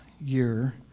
year